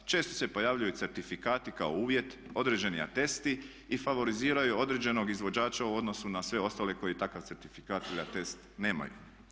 Često se pojavljuju certifikati kao uvjet, određeni atesti i favoriziraju određenog izvođača u odnosu na sve ostale koji takav certifikat ili atest nemaju.